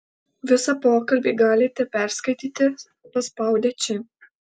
visą pokalbį galite perskaityti paspaudę čia